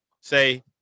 say